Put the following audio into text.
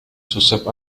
joseph